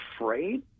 afraid